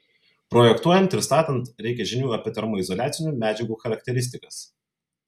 projektuojant ir statant reikia žinių apie termoizoliacinių medžiagų charakteristikas